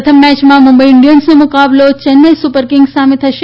પ્રથમ મેચમાં મુંબઈ ઇન્ડિયન્સનો મુકાબલો ચેન્નાઈ સુપરકિંગ્સ સામે થશે